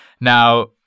Now